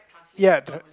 ya the